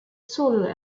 solar